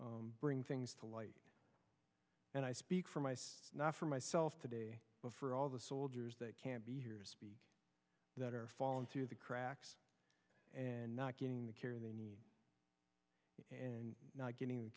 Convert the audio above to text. helped bring things to light and i speak for myself not for myself today but for all the soldiers that can't be here that are falling through the cracks and not getting the care they need and not getting the